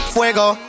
Fuego